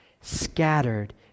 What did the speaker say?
scattered